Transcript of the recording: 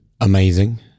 amazing